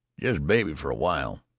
just baby for a while?